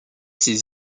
ses